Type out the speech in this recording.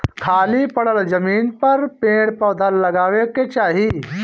खाली पड़ल जमीन पर पेड़ पौधा लगावे के चाही